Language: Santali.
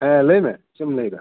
ᱦᱮᱸ ᱞᱟᱹᱭ ᱢᱮ ᱪᱮᱫ ᱮᱢ ᱞᱟᱹᱭᱮᱫᱟ